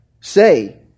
say